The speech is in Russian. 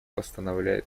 постановляет